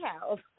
house